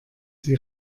sie